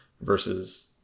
versus